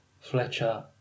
Fletcher